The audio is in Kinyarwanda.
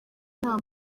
nta